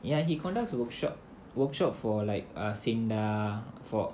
ya he conducts workshop workshop for like a SINDA for